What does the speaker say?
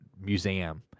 museum